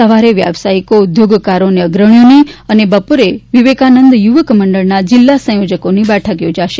સવારે વ્યાવસાયીકો ઉદ્યોગકારો અને અગ્રણીઓની અને બપોરે વિવેકાનંદ યુવક મંડળના જીલ્લા સંયોજકોની બેઠક યોજાશે